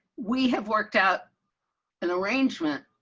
we have worked out an arrangement.